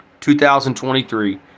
2023